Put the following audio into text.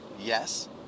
yes